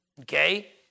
Okay